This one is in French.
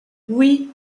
oui